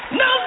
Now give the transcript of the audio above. no